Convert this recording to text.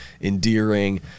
endearing